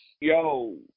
yo